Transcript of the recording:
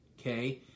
okay